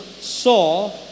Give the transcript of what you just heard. saw